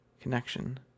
connection